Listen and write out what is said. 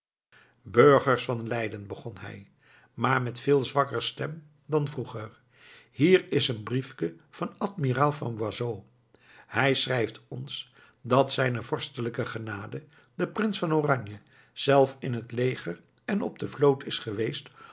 burgers van leiden begon hij maar met veel zwakker stem dan vroeger hier is een briefke van admiraal van boisot hij schrijft ons dat zijne vorstelijke genade de prins van oranje zelf in het leger en op de vloot is geweest